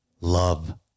love